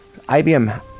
IBM